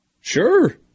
Sure